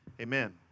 amen